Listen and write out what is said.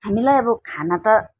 हामीलाई अब खाना त